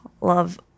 love